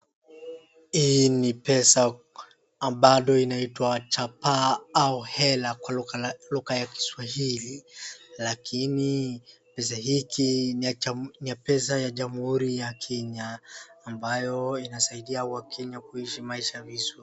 Hii ni pesa ambayo inaitwa chapaa au hela kwa lugha ya kiswahili lakini, pesa hii ni ya jamuhuri ya kenya ambayo inasaidia wakenya kuishi maisha vizuri.